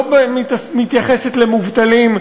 לא מתייחסת למובטלים,